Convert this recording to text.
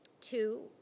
two